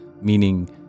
meaning